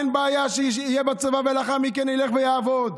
אין בעיה שיהיה בצבא ולאחר מכן ילך ויעבוד.